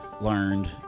learned